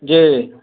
जी